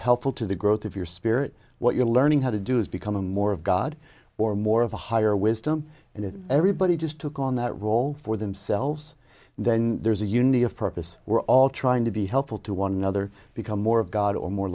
helpful to the growth of your spirit what you're learning how to do is becoming more of god or more of a higher wisdom and if everybody just took on that role for themselves then there's a unity of purpose we're all trying to be helpful to one another become more god or more